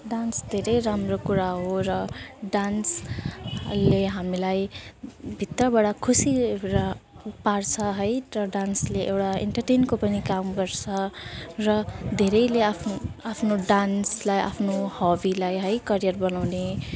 dance धेरै राम्रो कुरा हो र डान्सले हामीलाई भित्रबाट खुसी र पार्छ है त डान्सले एउटा एन्टरटेनको पनि काम गर्छ र धेरैले आफ्नो आफ्नो डान्सलाई आफ्नो हबीलाई है करियर बनाउने